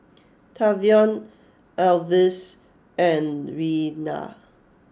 Tavion Alvis and Rella